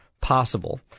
possible